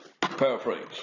paraphrase